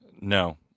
No